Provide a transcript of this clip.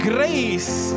Grace